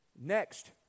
Next